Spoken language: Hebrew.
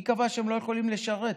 מי קבע שהם לא יכולים לשרת?